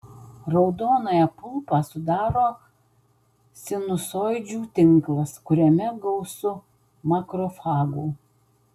raudonąją pulpą sudaro sinusoidžių tinklas kuriame gausu makrofagų